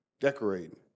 decorating